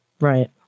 Right